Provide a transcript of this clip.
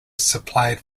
supplied